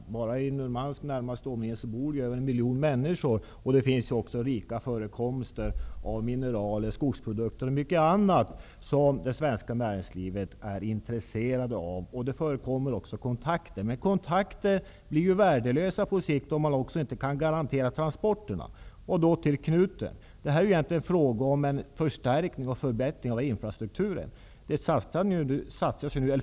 I bara Murmansk bor över en miljon människor, och där finns rika förekomster av mineraler, skog och mycket annat som det svenska näringslivet är intresserat av. Det förekommer redan kontakter. Men dessa kontakter blir värdelösa på sikt, om man inte kan garantera transporterna. Sedan till knuten: Egentligen är det fråga om en förstärkning och en förbättring av infrastrukturen.